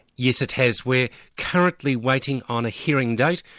yes, it has. we're currently waiting on a hearing date.